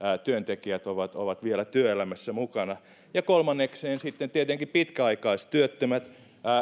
työntekijät ovat ovat vielä työelämässä mukana ja kolmannekseen sitten tietenkin pitkäaikaistyöttömät